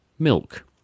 milk